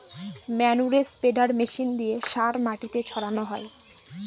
ম্যানুরে spreader machine দিয়ে সার মাটিতে ছড়ানো হয়